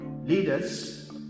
Leaders